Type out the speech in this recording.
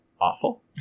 awful